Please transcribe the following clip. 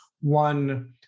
one